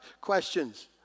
Questions